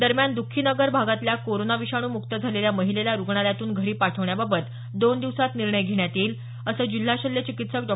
दरम्यान द्खीनगर भागातल्या कोरोना विषाणू मुक्त झालेल्या महिलेला रुग्णालयातून घरी पाठवण्याबाबत दोन दिवसात निर्णय घेण्यात येईल असं जिल्हा शल्य चिकित्सक डॉ